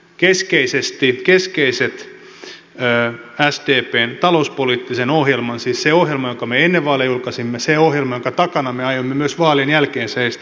käyn nyt läpi sdpn talouspoliittisen ohjelman siis sen ohjelman jonka me ennen vaaleja julkaisimme sen ohjelman jonka takana me aiomme myös vaalien jälkeen seistä